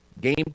game